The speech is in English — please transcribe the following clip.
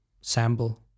sample